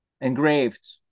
engraved